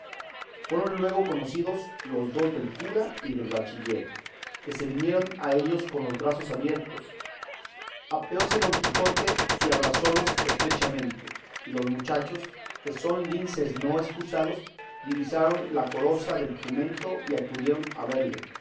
fueron luego conocidos los dos del cura y del bachiller que se vinieron a ellos con los brazos abiertos apeóse don quijote y abrazólos estrechamente y los mochachos que son linces no escusados divisaron la coroza del jumento y acudieron a verle